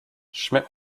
schmidt